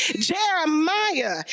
Jeremiah